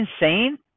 insane